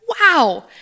wow